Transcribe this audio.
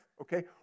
Okay